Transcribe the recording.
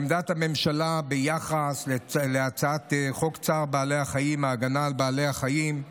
עמדת הממשלה ביחס להצעת חוק צער בעלי חיים (הגנה על בעלי חיים)